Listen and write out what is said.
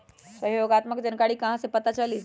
सहयोगात्मक जानकारी कहा से पता चली?